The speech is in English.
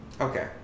okay